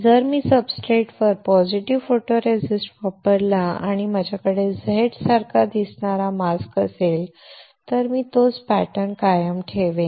जर मी सब्सट्रेटवर पॉझिटिव्ह फोटोरेसिस्ट वापरला आणि माझ्याकडे Z सारखा दिसणारा मास्क असेल तर मी तोच पॅटर्न कायम ठेवेन